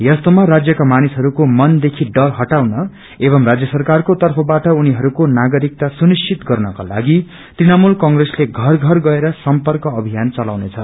यस्तोमा राज्यका मानिसहरूको मन देखि डर इटाउन एवं राजय सरकारको तर्फबाट उनीहरूको नागरिकता सुनिश्चित गर्नको लागि तृणमूल कंग्रेसले घर घर गएर सर्व्यंक अभियान चलाउनेछ